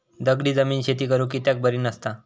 दगडी जमीन शेती करुक कित्याक बरी नसता?